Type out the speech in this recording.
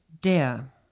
der